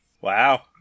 Wow